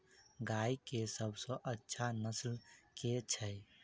गाय केँ सबसँ अच्छा नस्ल केँ छैय?